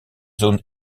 zone